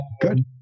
Good